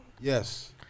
Yes